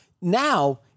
Now